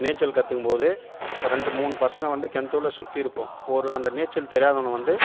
நீச்சல் கற்றுக்கும் போது ஒரு ரெண்டு மூணு பசங்க வந்து கிணத்துக்குள்ள சுற்றி இருப்போம் ஒரு அந்த நீச்சல் தெரியாதவனை வந்து